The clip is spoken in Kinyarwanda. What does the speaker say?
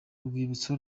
urwibutso